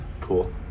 Cool